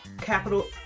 capital